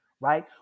right